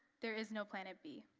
there is no planet b.